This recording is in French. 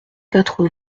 quatre